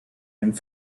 and